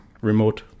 remote